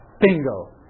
bingo